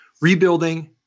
rebuilding